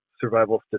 survival